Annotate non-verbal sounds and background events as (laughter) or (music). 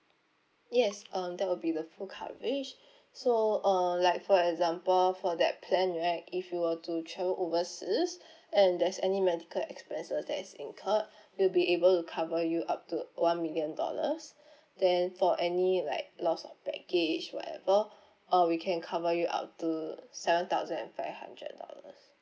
yes um that will be the full coverage (breath) so uh like for example for that plan right if you were to travel overseas (breath) and there's any medical expenses that is incurred (breath) we'll be able to cover you up to one million dollars (breath) then for any like loss of baggage whatever (breath) uh we can cover you up to seven thousand and five hundred dollars